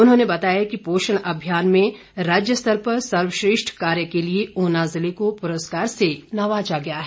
उन्होंने बताया कि पोषण अभियान में राज्य स्तर पर सर्वश्रेष्ठ कार्य के लिए ऊना जिले को पुरस्कार से नवाजा गया है